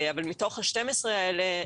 אבל מתוך ה-12 האלה,